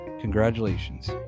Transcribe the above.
Congratulations